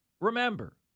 remember